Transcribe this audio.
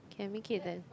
can make it then